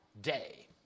day